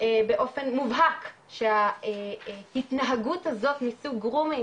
באופן מובהק שההתנהגות הזאת מסוג גרומינג